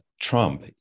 Trump